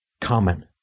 common